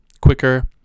quicker